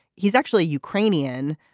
he's actually ukrainian.